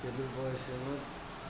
తెలుగు భాషను